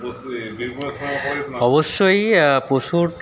অবশ্যই প্রচুর